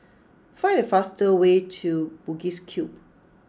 find the fastest way to Bugis Cube